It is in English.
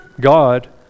God